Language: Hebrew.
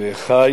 ואחי